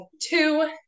two